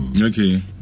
Okay